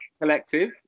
collective